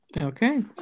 Okay